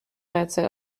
rätsel